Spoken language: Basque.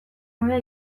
hobea